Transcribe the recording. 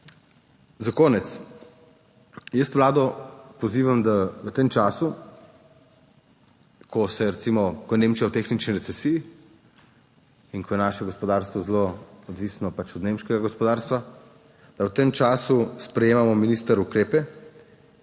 Za konec Vlado pozivam, da v tem času, ko je Nemčija v tehnični recesiji in ko je naše gospodarstvo zelo odvisno od nemškega gospodarstva, minister, sprejemamo ukrepe,